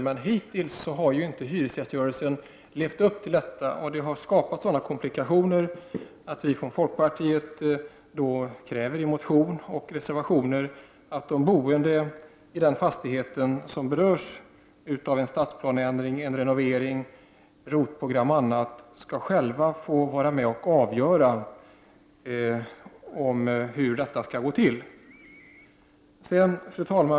Men hittills har hyresgäströrelsen inte levt upp till detta, och det har skapat sådana komplikationer att vi från folkpartiet kräver i motion och reservationer att de boende i den fastighet som berörs av en stadsplaneändring, en renovering, ROT-program, osv. själva skall få vara med och avgöra hur detta skall gå till. Fru talman!